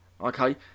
okay